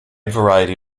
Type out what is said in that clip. variety